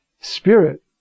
Spirit